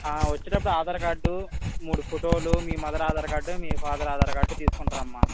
వచ్చేటప్పుడు ఆధార్ కార్డు మూడు ఫోటోలు మీ మదర్ ఆధార్ కార్డు మీ ఫాదర్ ఆధార్ కార్డు తీసుకునిరామ్మ